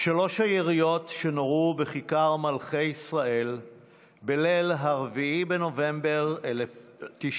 שלוש היריות שנורו בכיכר מלכי ישראל בליל 4 בנובמבר 1995